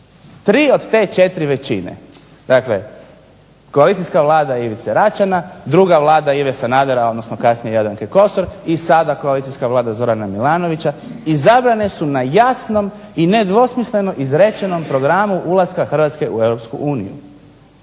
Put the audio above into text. Tri od te četiri većine, dakle koalicijska Vlada Ivice Račana, druga Vlada Ive Sanadera odnosno kasnije Jadranke Kosor i sada koalicijska Vlada Zorana Milanovića izabrane su na jasnom i nedvosmisleno izrečenom programu ulaska Hrvatske u Europsku uniju.